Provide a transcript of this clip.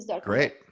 Great